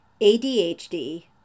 ADHD